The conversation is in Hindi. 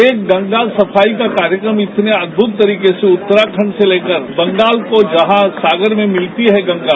एक गंगा सफाई का कार्यक्रम इतने अद्भुत तरीके से उत्तराखंड से लेकर बंगाल को जहाँ सागर में मिलती है गंगा